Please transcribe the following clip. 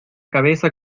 cabeza